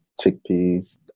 chickpeas